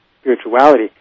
spirituality